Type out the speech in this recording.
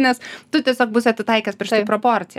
nes tu tiesiog būsi atitaikęs prieš tai proporciją